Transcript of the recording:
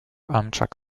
amtrak